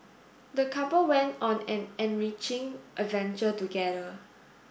the couple went on an enriching adventure together